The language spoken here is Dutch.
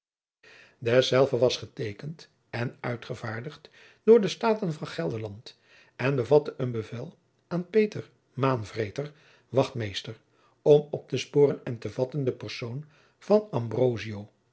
dezelve was geteekend en uitgevaardigd door de staten van gelderland en bevatte een bevel aan peter maanvreter wachtmeester om op te spooren en te vatten den persoon van